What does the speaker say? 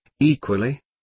equally